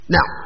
Now